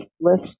list